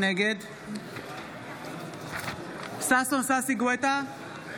נגד ששון ששי גואטה,